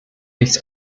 nichts